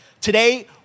Today